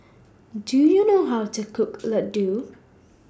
Do YOU know How to Cook Ladoo